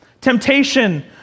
temptation